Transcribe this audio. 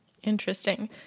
Interesting